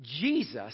Jesus